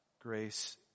grace